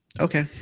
okay